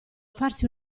farsi